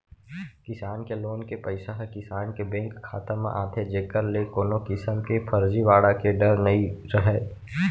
किसान के लोन के पइसा ह किसान के बेंक खाता म आथे जेकर ले कोनो किसम के फरजीवाड़ा के डर नइ रहय